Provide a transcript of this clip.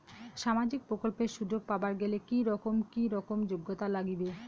সামাজিক প্রকল্পের সুযোগ পাবার গেলে কি রকম কি রকম যোগ্যতা লাগিবে?